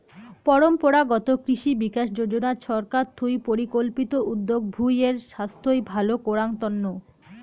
পরম্পরাগত কৃষি বিকাশ যোজনা ছরকার থুই পরিকল্পিত উদ্যগ ভূঁই এর ছাইস্থ ভাল করাঙ তন্ন